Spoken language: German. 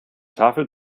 tafel